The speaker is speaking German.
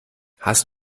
hast